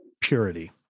purity